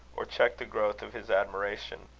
or check the growth of his admiration.